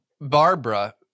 Barbara